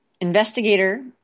investigator